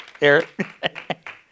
Eric